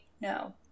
No